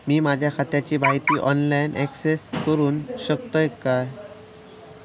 मी माझ्या खात्याची माहिती ऑनलाईन अक्सेस करूक शकतय काय?